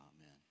amen